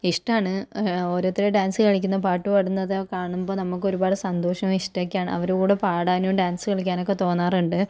ഇഷ്ടമാണ് ഓരോരുത്തരുടെ ഡാൻസ് കളിക്കുന്നതോ പാട്ടുപാടുന്നതോ കാണുമ്പോൾ നമുക്ക് ഒരുപാട് സന്തോഷവും ഇഷ്ടവും ഒക്കെയാണ് അവരുടെ കൂടെ പാടാനും ഡാൻസ് കളിക്കാനും ഒക്കെ തോന്നാറുണ്ട്